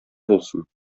булсын